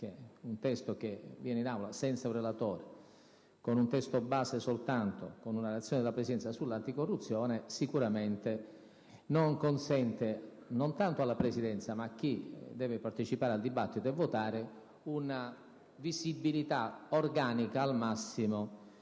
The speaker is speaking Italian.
anticorruzione che giunge in Aula senza un relatore, con un testo base soltanto, con una relazione del Presidente della Commissione sicuramente non consente, non tanto alla Presidenza, bensì a chi deve partecipare al dibattito e votare, una visibilità organica ed ampia